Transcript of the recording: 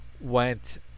went